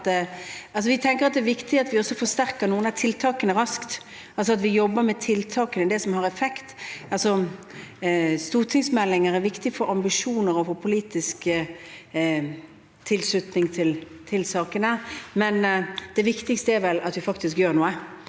vi tenker at det er viktig at vi forsterker noen av tiltakene raskt, altså at vi jobber med tiltakene, med det som har effekt. Stortingsmeldinger er viktige med tanke på ambisjoner og politisk tilslutning til sakene, men det viktigste er at vi faktisk gjør noe,